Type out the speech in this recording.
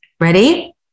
Ready